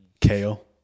Kale